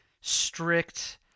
strict